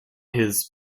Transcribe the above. his